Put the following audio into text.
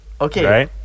Okay